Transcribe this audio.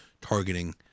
targeting